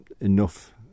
enough